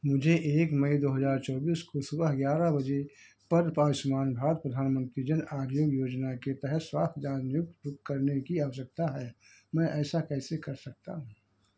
मुझे एक मई दो हज़ार चौबीस को सुबह ग्यारह बजे पर आयुष्मान भारत प्रधानमन्त्री जन आरोग्य योजना के तहत स्वास्थ्य जाँच नियुक्ति बुक करने की आवश्यकता है मैं ऐसा कैसे कर सकता हूँ